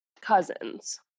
cousins